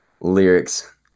lyrics